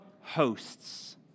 hosts